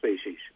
species